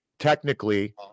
technically